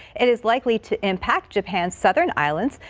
it is likely to impact japan's southern islands.